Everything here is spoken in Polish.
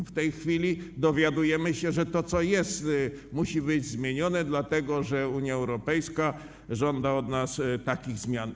W tej chwili dowiadujemy się, że to, co jest, musi być zmienione, dlatego że Unia Europejska żąda od nas takich zmian.